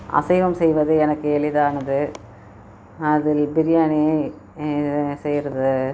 அசைவம் செய்வது எனக்கு எளிதானது அதில் பிரியாணி செய்யிறது